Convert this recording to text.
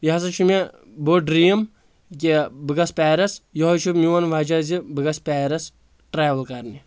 یہِ ہسا چھُ مےٚ بوٚڑ ڈریٖم کہِ بہٕ گژھہٕ پیرس یہوے چھُ میون وجہہ زِ بہٕ گژھہٕ پیرس ٹریٚوٕل کرنہِ